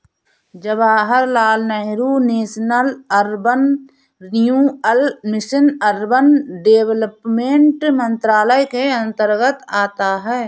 Jawaharlal Nehru national urban renewal mission urban development मंत्रालय के अंतर्गत आता है